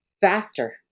faster